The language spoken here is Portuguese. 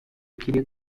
queria